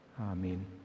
Amen